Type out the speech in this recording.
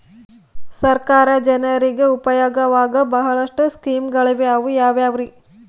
ಸರ್ಕಾರ ಜನರಿಗೆ ಉಪಯೋಗವಾಗೋ ಬಹಳಷ್ಟು ಸ್ಕೇಮುಗಳಿವೆ ಅವು ಯಾವ್ಯಾವ್ರಿ?